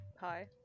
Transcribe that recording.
Hi